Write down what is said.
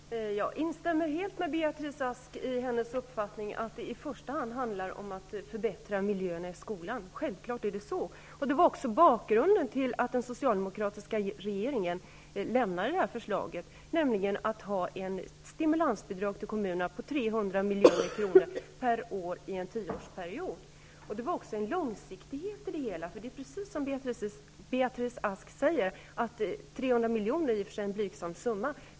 Fru talman! Jag instämmer helt i Beatrice Asks uppfattning att det i första hand handlar om att förbättra miljöerna i skolan -- självfallet är det så. Det var också bakgrunden till att den socialdemokratiska regeringen lade fram det här förslaget. Man ville ge kommunerna ett stimulansbidrag på 300 milj.kr. per år under en tioårsperiod. Det var också en långsiktighet i det. Det är precis som Beatrice Ask säger -- 300 miljoner är i och för sig en blygsam summa.